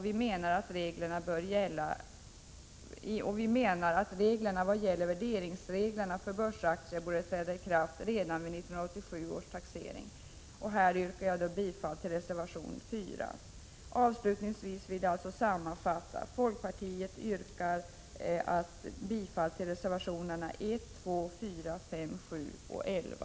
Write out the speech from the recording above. Vi menar att värderingsreglerna för börsaktier borde träda i kraft redan vid 1987 års taxering. Jag yrkar här bifall till reservation 4. Avslutningsvis vill jag sammanfatta: Folkpartiet yrkar bifall till reservationerna 1, 2, 4, 5, 7 och 11.